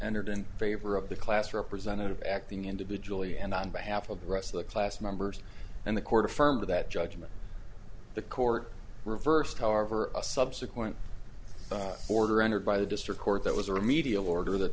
entered in favor of the class representative acting individually and on behalf of the rest of the class members and the court affirmed that judgment the court reversed however a subsequent order entered by the district court that was a remedial order that